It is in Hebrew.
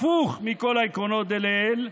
הפוך מכל העקרונות דלעיל,